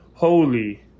holy